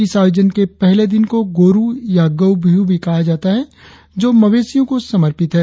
इस आयोजन के पहले दिन को गोरु या गऊ बिहु भी कहा जाता है जो मवेशियों को समर्पित है